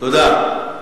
תודה.